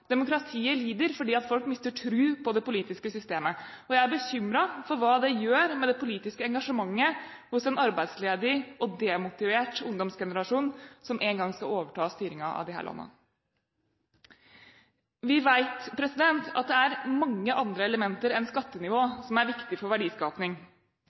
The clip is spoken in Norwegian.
Demokratiet lider fordi folk mister tro på det politiske systemet, og jeg er bekymret for hva det gjør med det politiske engasjementet hos en arbeidsledig og demotivert ungdomsgenerasjon som en gang skal overta styringen av disse landene. Vi vet at det er mange andre elementer enn